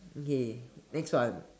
okay next one